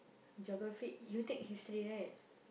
geography you take history right